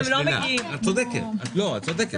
אם יש צורך שעה והגודש עובר לאזורים שונים